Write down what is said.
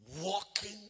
walking